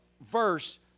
verse